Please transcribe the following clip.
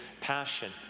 passion